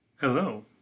Hello